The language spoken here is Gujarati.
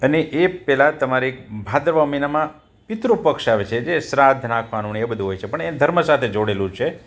અને એ પેલા તમારે એક ભાદરવા મહિનામાં પિતૃ પક્ષ આવે છે જે શ્રાદ્ધ નાખવાનું ને એવું બધું હોય છે પણ એને ધર્મ સાથે જોડેલું છે